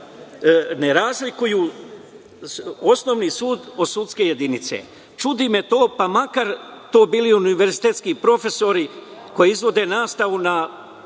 ne razlikuje osnovni sud od sudske jedinice. Čudi me to, pa makar to bili univerzitetski profesori koji izvode nastavu na